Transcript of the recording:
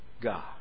God